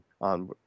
on